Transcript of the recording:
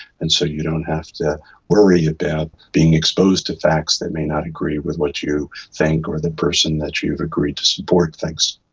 and so you don't have to worry about being exposed to facts that may not agree with what you think or the person that you've agreed to support thinks.